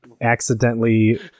accidentally